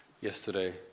yesterday